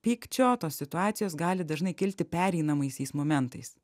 pykčio tos situacijos gali dažnai kilti pereinamaisiais momentais